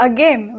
Again